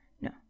no